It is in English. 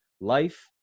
life